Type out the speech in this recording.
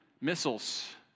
missiles